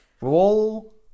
Roll